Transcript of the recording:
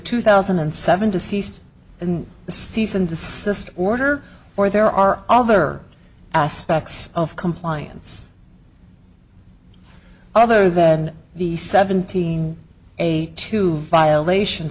two thousand and seven deceased and cease and desist order or there are other aspects of compliance other than the seventeen a two violation